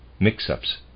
Mix-ups